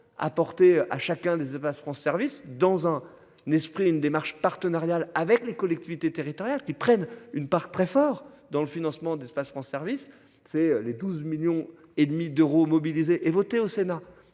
apporté à chacun des rend service dans un n'esprit une démarche partenariale avec les collectivités territoriales qui prennent une part très fort dans le financement d'espace rend service tu sais les 12 millions et demi d'euros mobilisé et voté au Sénat